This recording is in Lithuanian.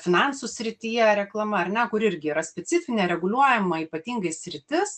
finansų srityje reklama ar ne kur irgi yra specifinė reguliuojama ypatingai sritis